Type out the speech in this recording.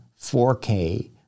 4K